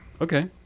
Okay